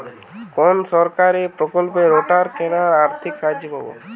কোন সরকারী প্রকল্পে রোটার কেনার আর্থিক সাহায্য পাব?